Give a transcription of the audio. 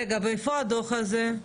ואיפה הדוח הזה?